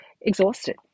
exhausted